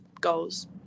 goals